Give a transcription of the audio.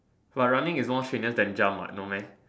but running is more strenuous than jump what no meh